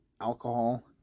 alcohol